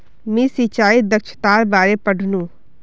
मी सिंचाई दक्षतार बारे पढ़नु